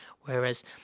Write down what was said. whereas